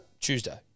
Tuesday